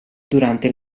durante